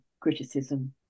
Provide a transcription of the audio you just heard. criticism